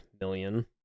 million